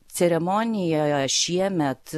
ceremonijoje šiemet